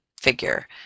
figure